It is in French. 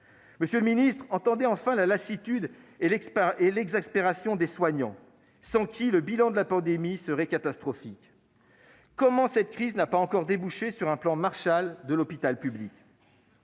Monsieur le ministre, entendez enfin la lassitude et l'exaspération des soignants sans lesquels le bilan de la pandémie serait catastrophique. Comment cette crise n'a-t-elle pas encore débouché sur un plan Marshall pour l'hôpital public ?